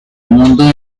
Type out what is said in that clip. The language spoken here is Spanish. mundo